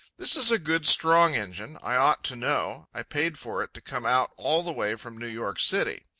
this is a good, strong engine. i ought to know. i paid for it to come out all the way from new york city.